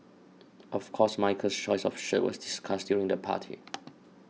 of course Michael's choice of shirt was discussed during the party